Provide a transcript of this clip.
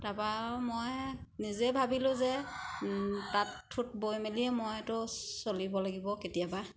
তাৰপৰা আৰু মই নিজে ভাবিলোঁ যে তাঁত থোত বৈ মেলিয়ে মইতো চলিব লাগিব কেতিয়াবা